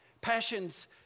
Passions